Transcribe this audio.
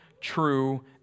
true